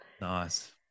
Nice